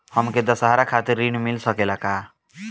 हमके दशहारा खातिर ऋण मिल सकेला का?